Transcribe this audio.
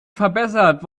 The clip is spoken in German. verbessert